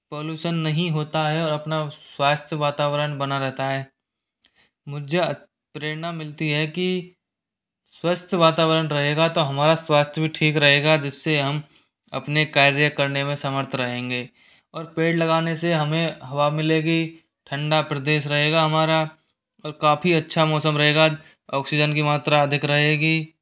pollution नहीं होता है और अपना स्वस्थ वातावरण बना रहता है मुझे प्रेरणा मिलती है कि स्वस्थ वातावरण रहेगा तो हमारा स्वस्थ्य भी ठीक रहेगा जिससे हम अपने कार्य करने में समर्थ रहेंगे और पेड़ लगाने से हमें हवा मिलेगी ठंडा प्रदेश रहेगा हमारा और काफ़ी अच्छा मौसम रहेगा ऑक्सीजन की मात्रा अधिक रहेगी